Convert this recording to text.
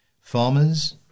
Farmers